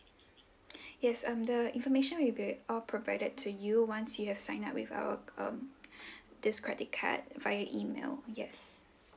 yes um the information will be all provided to you once you have sign up with our um this credit card via email yes